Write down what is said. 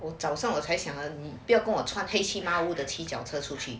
早上我才想不要跟我穿黑漆抹乌的骑脚车出去